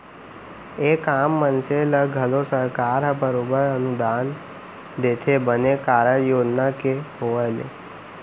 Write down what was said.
एक आम मनसे ल घलौ सरकार ह बरोबर अनुदान देथे बने कारज योजना के होय ले